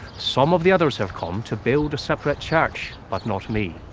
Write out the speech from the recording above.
some of the others have come to build a separate church, but not me.